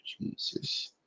Jesus